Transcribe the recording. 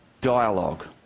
dialogue